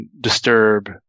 disturb